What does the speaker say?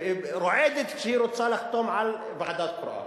רועדת כשהיא רוצה לחתום על ועדה קרואה.